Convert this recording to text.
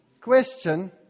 question